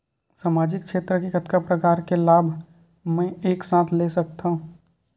सामाजिक क्षेत्र के कतका प्रकार के लाभ मै एक साथ ले सकथव?